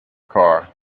car